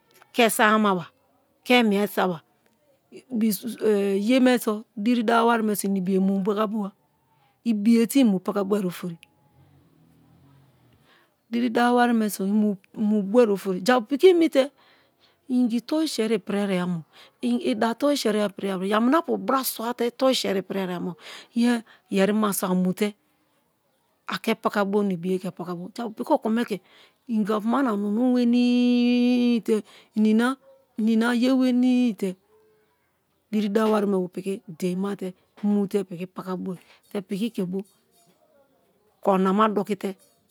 Ke sawamaba, ke mie sawa diri dawa wari me so ini i̠biye mu pakare bua, ibiye te̠ i̠ mu paka buari ofori diri dawa wari̠ me̠ so̠ i̠ mu̠ buari ofori, japu piki emi̠ te̠ ingi toruseri ipiri aria mo̠ ida toru seri ipirie, iyaminapu brasma ke toruseri ipirierra mo̠ ye̠ yerima so̠ amute ake pakabo na ibiye ke pakabo japu piki okome ke ingrapu me na nunu weni̠i̠i te inina yewe ni̠i̠i̠ te diri dawa wari me bo̠ piki de-dmate mu te̠ pi̠ki̠ pakabue te pi̠ki̠ ke̠ bo korinama do̠ki̠te̠.